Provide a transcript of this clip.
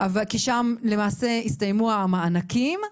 כי שם הסתיימו המענקים,